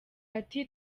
ati